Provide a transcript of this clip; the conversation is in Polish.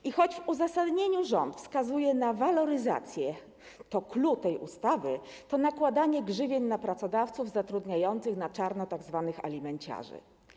I choć w uzasadnieniu rząd wskazuje na waloryzację, to clou tej ustawy stanowi nakładanie grzywien na pracodawców zatrudniających na czarno tzw. alimenciarzy.